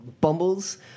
Bumble's